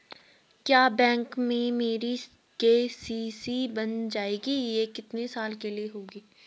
क्या बैंक में मेरी के.सी.सी बन जाएगी ये कितने साल के लिए होगी?